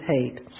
hate